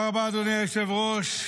אם כן, נעבור לנושא הבא על סדר-היום,